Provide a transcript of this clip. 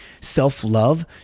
self-love